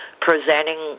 presenting